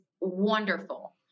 wonderful